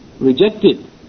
rejected